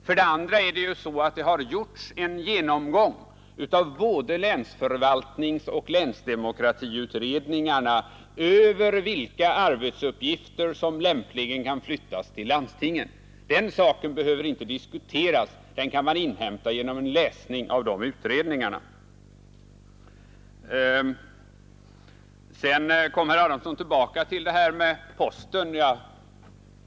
För det andra har ju både länsförvaltningsoch länsdemokratiutredningen gjort en genomgång av vilka arbetsuppgifter som lämpligen kan flyttas över till landstingen. Den saken behöver man inte diskutera — det kan man inhämta genom läsning av utredningarnas betänkanden. Herr Adamsson kommer tillbaka till exemplet med posten.